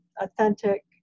authentic